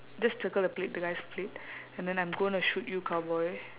just circle the plate the guy's plate and then I'm gonna shoot you cowboy